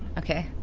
okay.